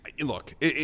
look